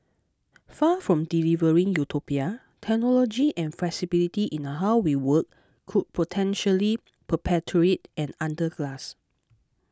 far from delivering utopia technology and flexibility in how we work could potentially perpetuate an underclass